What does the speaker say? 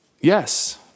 Yes